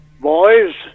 boys